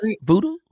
voodoo